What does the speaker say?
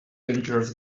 dangerous